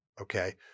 Okay